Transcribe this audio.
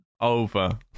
Over